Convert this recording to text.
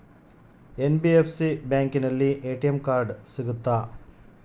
NBFC ಬ್ಯಾಂಕಿನಲ್ಲಿ ATM card ಸಿಗುತ್ತಾ?